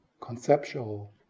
conceptual